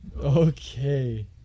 Okay